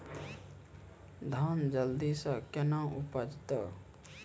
धान जल्दी से के ना उपज तो?